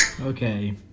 Okay